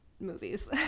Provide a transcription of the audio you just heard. Movies